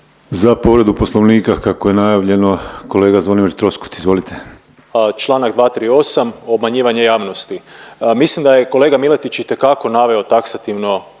Za povredu Poslovnika kako je najavljeno kolega Zvonimir Troskot, izvolite. **Troskot, Zvonimir (MOST)** Čl. 238., obmanjivanje javnosti. Mislim da je kolega Miletić itekako naveo taksativno